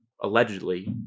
allegedly